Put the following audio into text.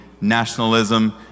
nationalism